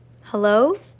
hello